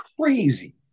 crazy